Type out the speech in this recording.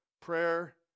prayer